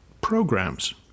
programs